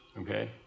okay